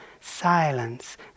silence